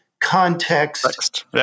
context